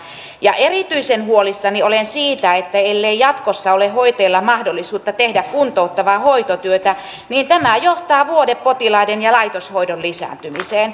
ja erityisen huolissani olen siitä että ellei jatkossa ole hoitajilla mahdollisuutta tehdä kuntouttavaa hoitotyötä niin tämä johtaa vuodepotilaiden ja laitoshoidon lisääntymiseen